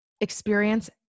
experience